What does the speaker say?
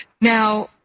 Now